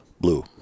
Blue